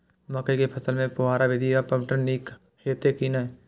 मकई के फसल में फुहारा विधि स पटवन नीक हेतै की नै?